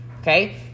Okay